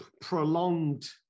prolonged